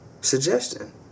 suggestion